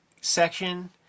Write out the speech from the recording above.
section